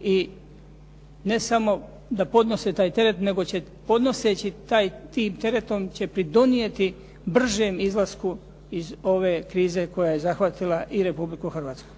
i ne samo da podnose taj teret, nego će podnoseći tim teretom će pridonijeti bržem izlasku iz ove krize koja je zahvatila i Republiku Hrvatsku.